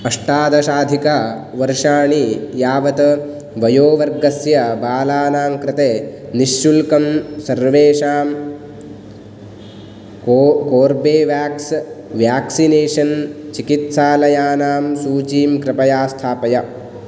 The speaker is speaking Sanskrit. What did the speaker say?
अष्टादशाधिक वर्षाणि यावत् वयोवर्गस्य बालानां कृते निश्शुल्कं सर्वेषां कोर्बे कोर्बेवेक्स् व्याक्सिनेशन् चिकित्सालयानां सूचीं कृपया स्थापय